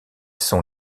sont